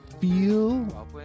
feel